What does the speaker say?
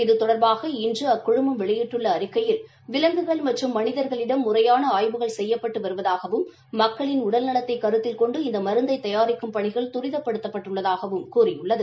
இது தொடர்பாக இன்று அக்குழுமம் வெளியிட்டுள்ள அறிக்கையில் விலங்குகள் மற்றும் மனிதர்களிடம் முறையாள ஆய்வுகள் செய்யப்பட்டு வருவதாகவும் மக்களின் உடல் நலத்தை கருத்தில் கொண்டு இந்த மருந்தை தயாரிக்கும் பணிகள் துரிதப்படுத்தப்பட்டுள்ளதாகவும் கூறியுள்ளது